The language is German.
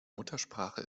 muttersprache